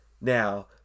Now